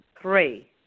Three